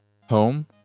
home